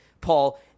Paul